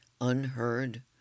unheard